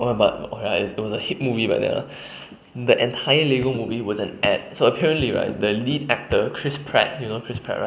!wah! but okay ah it was a hit movie back then ah the entire lego movie was an ad so apparently right the lead actor chris pratt you know chris pratt right